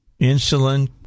insulin